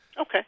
Okay